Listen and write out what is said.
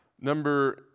number